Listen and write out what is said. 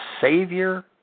savior